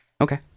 Okay